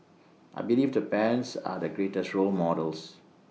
I believe the bands are the greatest role models